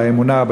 לאמונה,